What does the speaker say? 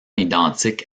identique